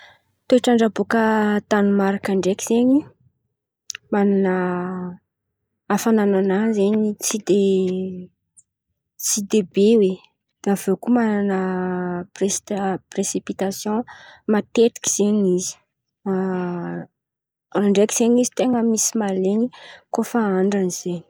Toetra drô baka Danimarika ndreky zen̈y manana afananana an̈y zen̈y tsy de tsy de be oe. Avô koa manana piresita piresitasô matetiky zen̈y izy an̈y ndreky zen̈y tena misy mahaleny koa fa andrany zen̈y.